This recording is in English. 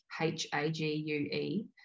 h-a-g-u-e